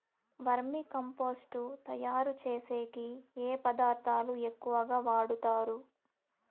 వర్మి compost తయారుచేసేకి ఏ పదార్థాలు ఎక్కువగా వాడుతారు